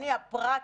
אני הפרט,